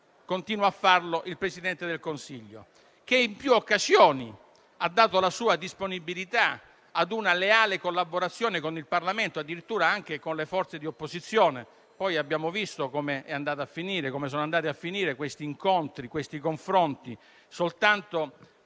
continua a farlo il Presidente del Consiglio, che in più occasioni ha manifestato la sua disponibilità a una leale collaborazione con il Parlamento, addirittura anche con le forze di opposizione; poi abbiamo visto come sono andati a finire questi incontri e questi confronti, soltanto